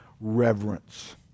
reverence